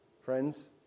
Friends